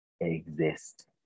exist